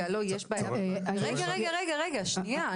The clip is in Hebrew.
רגע, שנייה.